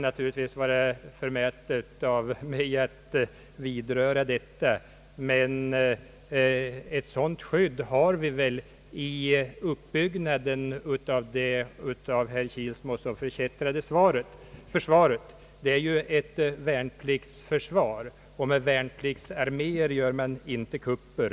Natur ligtvis kan det vara förmätet av mig att vidröra den frågan, men jag vill säga att vi har ett skydd mot sådana kupper i uppbyggnaden av det av herr Kilsmo så förkättrade försvaret. Det är ju ett värnpliktsförsvar, och med värnpliktsarméer gör man inte kupper.